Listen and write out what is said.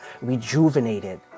Rejuvenated